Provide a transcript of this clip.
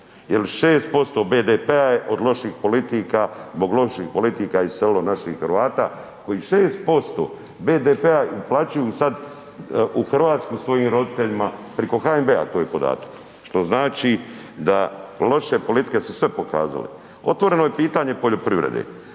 jer 6% BDP je od loših politika, zbog loših politika iselilo naših Hrvata koji 6% BDP plaćaju sad u Hrvatsku svojim roditeljima priko NHB-a to je podatak, što znači da, loše politike su sve pokazale. Otvoreno je pitanje poljoprivrede,